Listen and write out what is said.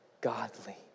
godly